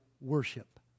worship